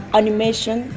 animation